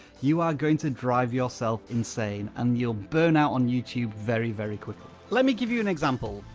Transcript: you are going to drive yourself insane, and you'll burn out on youtube very very quickly. let me give you an example.